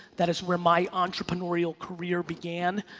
that is where my entrepreneurial career began,